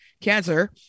cancer